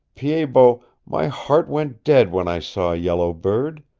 pied-bot, my heart went dead when i saw yellow bird.